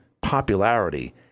popularity